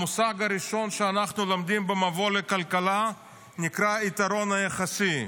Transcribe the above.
המושג הראשון שאנחנו לומדים במבוא לכלכלה נקרא היתרון היחסי,